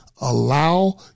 Allow